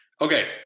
Okay